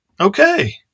okay